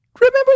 remember